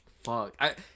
fuck